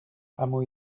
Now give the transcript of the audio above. hameau